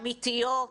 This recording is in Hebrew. אמיתיות,